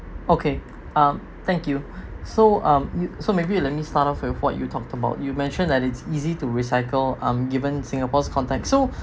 okay um thank you so um so maybe you let me start off with what you talked about you mentioned that it's easy to recycle uh given singapore's context so